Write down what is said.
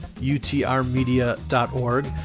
utrmedia.org